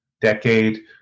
decade